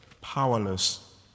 powerless